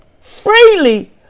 freely